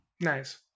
nice